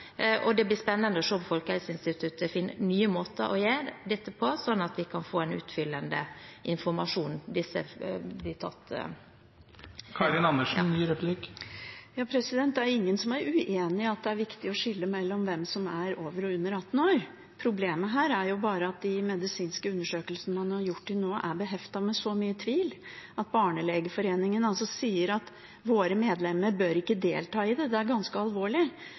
og det blir spennende å se om Folkehelseinstituttet finner nye måter å gjøre dette på, sånn at vi kan få utfyllende informasjon. Det er ingen som er uenig i at det er viktig å skille mellom dem som er over og under 18 år. Problemet her er bare at de medisinske undersøkelsene man har gjort til nå, er beheftet med så mye tvil at Norsk barnelegeforening sier at deres medlemmer ikke bør delta i det. Det er ganske alvorlig.